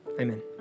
Amen